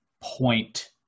point